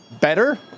Better